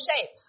shape